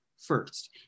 first